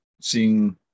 seeing